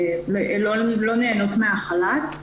שלא נהנות מהחל"ת,